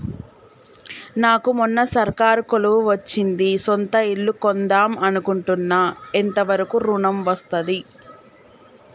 నాకు మొన్న సర్కారీ కొలువు వచ్చింది సొంత ఇల్లు కొన్దాం అనుకుంటున్నా ఎంత వరకు ఋణం వస్తది?